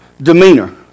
demeanor